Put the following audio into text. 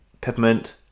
peppermint